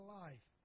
life